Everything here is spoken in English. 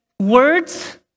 Words